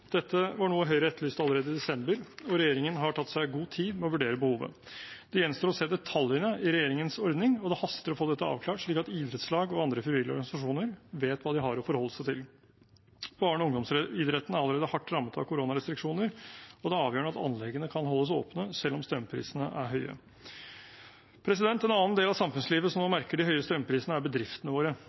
Dette var noe Høyre etterlyste allerede i desember, og regjeringen har tatt seg god tid med å vurdere behovet. Det gjenstår å se detaljene i regjeringens ordning, og det haster å få dette avklart, slik at idrettslag og andre frivillige organisasjoner vet hva de har å forholde seg til. Barne- og ungdomsidretten er allerede hardt rammet av koronarestriksjoner, og det er avgjørende at anleggene kan holdes åpne selv om strømprisene er høye. En annen del av samfunnslivet som nå merker de høye strømprisene, er bedriftene våre.